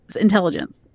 intelligence